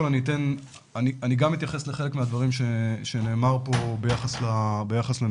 אני גם אתייחס לחלק מהדברים שנאמרו פה ביחס לנתונים,